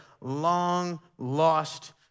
long-lost